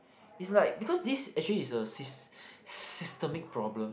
is like because this actually is a sys~ systemic problem